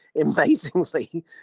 amazingly